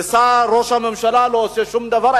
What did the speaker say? וראש הממשלה לא עושה שום דבר,